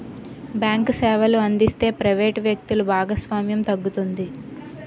bank సేవలు అందిస్తే private వ్యక్తులు భాగస్వామ్యం తగ్గుతుంది